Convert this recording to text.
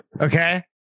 Okay